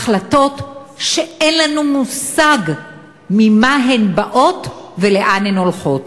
החלטות שאין לנו מושג ממה הן באות ולאן הן הולכות.